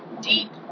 deep